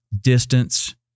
distance